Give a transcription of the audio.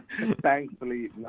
thankfully